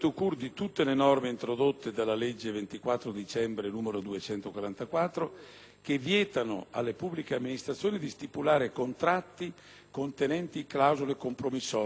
che vietano alle pubbliche amministrazioni di stipulare contratti contenenti clausole compromissorie ovvero clausole contenenti ricorso all'arbitrato in caso di disaccordo